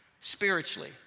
spiritually